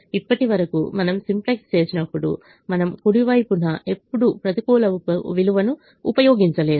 ఇప్పటివరకు మనము సింప్లెక్స్ చేసినప్పుడు మనము కుడి వైపున ఎప్పుడూ ప్రతికూల విలువను ఉపయోగించలేదు